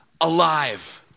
alive